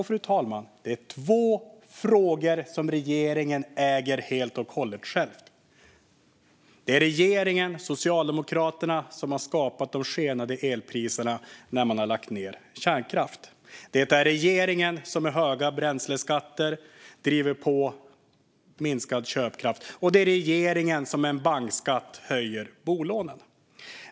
Fru talman! Det är två frågor som regeringen själv äger helt och hållet. Det är regeringen, Socialdemokraterna, som har skapat de skenande elpriserna när man har lagt ned kärnkraft. Det är regeringen som med höga bränsleskatter driver på minskad köpkraft. Och det är regeringen som med en bankskatt höjer bolånen.